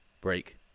break